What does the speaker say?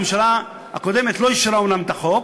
הממשלה הקודמת לא אישרה אומנם את החוק,